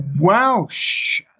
Welsh